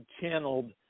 channeled